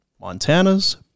Montana's